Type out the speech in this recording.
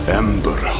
ember